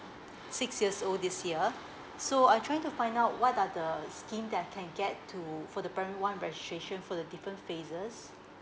six years old this year so I trying to find out what are the scheme that I can get to for the primary one registration for the different phases